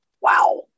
Wow